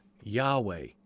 Yahweh